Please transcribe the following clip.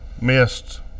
missed